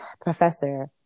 professor